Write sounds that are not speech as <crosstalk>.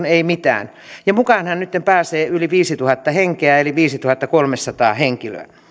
<unintelligible> ei mitään ja mukaanhan nytten pääsee yli viisituhatta henkeä eli viisituhattakolmesataa henkilöä